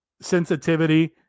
sensitivity